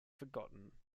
forgotten